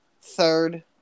third